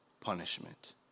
punishment